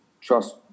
trust